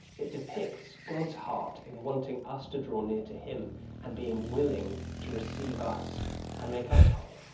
it depicts god's heart in wanting us to draw near to him and being willing to receive us and make us whole.